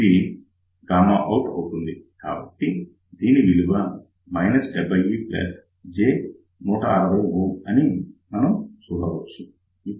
కాబట్టి దీని విలువ 70j160 అనేది మనం చూడవచ్చు